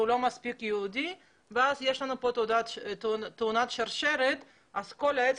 לא מספיק יהודי ואז יש לנו פה תאונת שרשרת ואז כל העץ